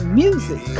music